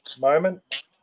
moment